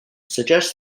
suggests